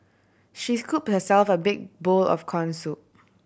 she scoop herself a big bowl of corn soup